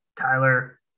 Tyler